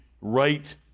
right